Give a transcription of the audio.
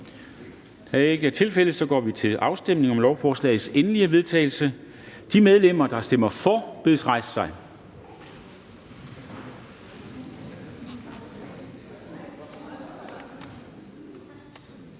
(Henrik Dam Kristensen): Der stemmes om lovforslagets endelige vedtagelse. De medlemmer, der stemmer for, bedes rejse sig.